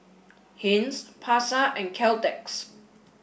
Heinz Pasar and Caltex